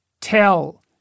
Tell